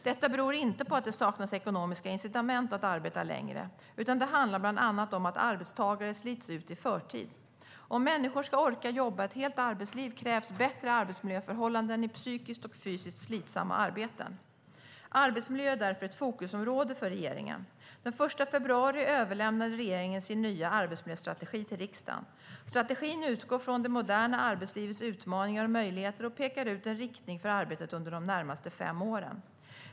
Detta beror inte på att det saknas ekonomiska incitament att arbeta längre, utan det handlar bland annat om att arbetstagare slits ut i förtid. Om människor ska orka jobba ett helt arbetsliv krävs bättre arbetsmiljöförhållanden i psykiskt och fysiskt slitsamma arbeten. Arbetsmiljö är därför ett fokusområde för regeringen. Den 1 februari överlämnade regeringen sin nya arbetsmiljöstrategi till riksdagen. Strategin utgår från det moderna arbetslivets utmaningar och möjligheter och pekar ut en riktning för arbetet under de närmaste fem åren.